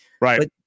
Right